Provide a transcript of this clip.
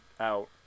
out